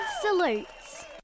Salutes